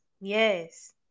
Yes